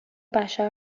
بشر